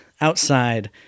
outside